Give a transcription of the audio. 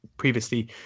previously